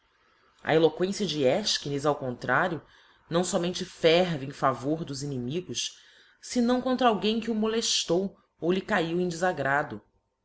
a eloquência de efchines ao contrario não fomente ferve em favor dos inimigos fenão contra alguém que o moleílou ou lhe caiu em defagrado